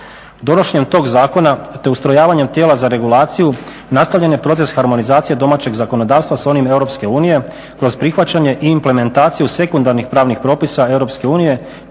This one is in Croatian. Donošenjem tog zakona, te ustrojavanjem tijela za regulaciju nastavljen je proces harmonizacije domaćeg zakonodavstva sa onim Europske unije kroz prihvaćanje i implementaciju sekundarnih pravnih propisa EU